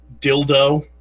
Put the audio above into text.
dildo